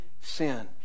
sin